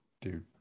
dude